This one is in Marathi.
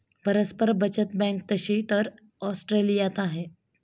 परस्पर बचत बँक तशी तर ऑस्ट्रेलियात आहे